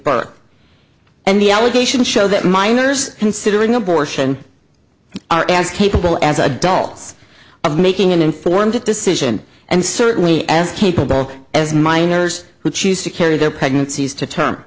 birth and the allegations show that minors considering abortion are as capable as adults of making an informed decision and certainly as capable as minors who choose to carry their pregnancies to term